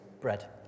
bread